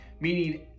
meaning